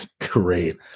great